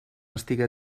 estiga